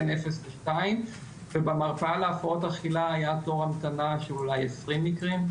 בין אפס לשתיים ובמרפאה להפרעות אכילה היה תור המתנה של אולי 20 מקרים.